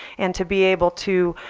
and to be able to